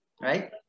right